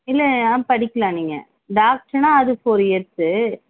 இல்லை ஆ படிக்கலாம் நீங்கள் டாக்டர்ன்னா அது ஃபோர் இயர்ஸ்சு